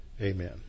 Amen